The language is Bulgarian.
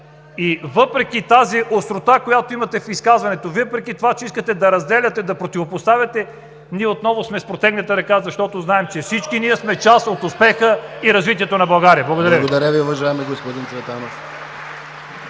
И въпреки тази острота, която имате в изказването, въпреки това, че искате да разделяте, да противопоставяте, отново сме с протегната ръка, защото знаем, че всички ние сме част от успеха и развитието на България. Благодаря Ви. (Реплика: „Времето!“ от